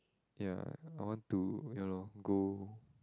ya I want to ya lor go